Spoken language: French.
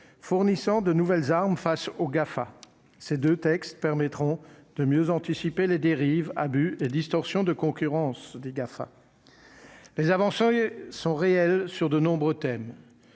fournissant de nouvelles armes face aux GAFA, ces 2 textes permettront de mieux anticiper les dérives abus et distorsion de concurrence des gars enfin les avancées seriez sont réelles sur de nombreux thèmes